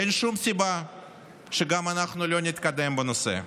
אין שום סיבה שגם אנחנו לא נתקדם בנושא.